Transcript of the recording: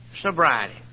sobriety